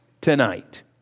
tonight